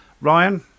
Ryan